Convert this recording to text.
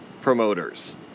promoters